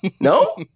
No